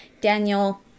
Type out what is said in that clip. Daniel